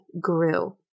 grew